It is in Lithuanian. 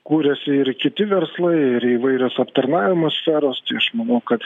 kuriasi ir kiti verslai ir įvairios aptarnavimo sferos tai aš manau kad